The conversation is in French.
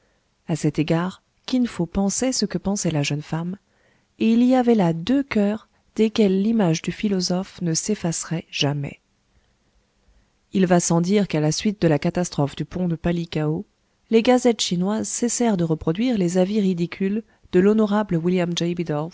a cet égard kin fo pensait ce que pensait la jeune femme et il y avait là deux coeurs desquels l'image du philosophe ne s'effacerait jamais il va sans dire qu'à la suite de la catastrophe du pont de palikao les gazettes chinoises cessèrent de reproduire les avis ridicules de l'honorable william